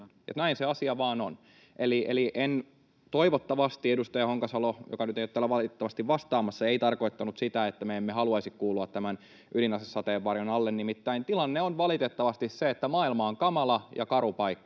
näin se asia vain on. Eli toivottavasti edustaja Honkasalo, joka nyt ei ole täällä valitettavasti vastaamassa, ei tarkoittanut sitä, että me emme haluaisi kuulua tämän ydinasesateenvarjon alle. Nimittäin tilanne on valitettavasti se, että maailma on kamala ja karu paikka